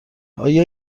آیا